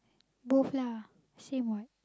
both lah same what